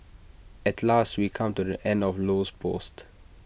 at last we come to the end of Low's post